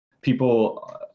people